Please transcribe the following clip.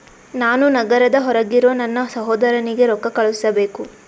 ನಾನು ನಗರದ ಹೊರಗಿರೋ ನನ್ನ ಸಹೋದರನಿಗೆ ರೊಕ್ಕ ಕಳುಹಿಸಬೇಕು